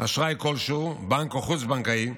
אשראי כלשהו, בנקאי או חוץ-בנקאי,